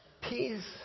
Peace